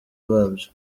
babyo